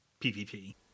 PvP